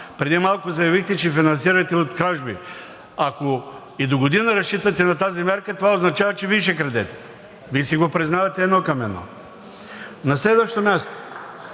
Преди малко заявихте, че финансирате от кражби. Ако и догодина разчитате на тази мярка, това означава, че Вие ще крадете, Вие си го признавате едно към едно. На следващо място,